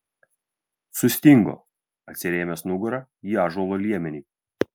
sustingo atsirėmęs nugara į ąžuolo liemenį